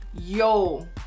Yo